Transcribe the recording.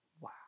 wow